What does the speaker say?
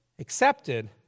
Accepted